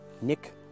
Nick